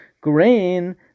grain